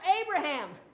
Abraham